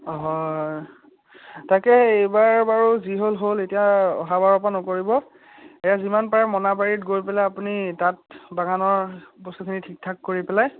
হয় তাকে এইবাৰ বাৰু যি হ'ল হ'ল এতিয়া অহাবাৰৰ পৰা নকৰিব এই যিমান পাৰে মোনাবাৰীত গৈ পেলাই আপুনি তাত বাগানৰ বস্তুখিনি ঠিক ঠাক কৰি পেলাই